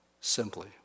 simply